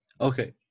Okay